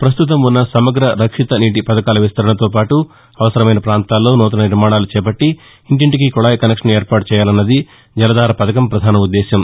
పస్తుతం ఉన్న సమగ్ర రక్షిత నీటి పథకాల విస్తరణతో పాటు అవసరమైన పాంతాల్లో నూతన నిర్మాణాలు చేపట్లి ఇంటింటికీ కొళాయి కనెక్షన్ ఏర్పాటు చేయాలన్నది జలధార పథకం పధాన ఉద్దేశం